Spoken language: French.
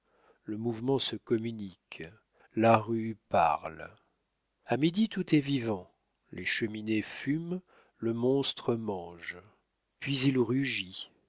le mouvement se communique la rue parle a midi tout est vivant les cheminées fument le monstre mange puis il rugit